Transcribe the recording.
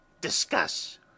Discuss